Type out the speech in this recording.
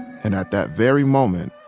and at that very moment,